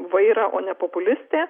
vairą o ne populistė